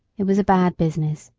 it was a bad business,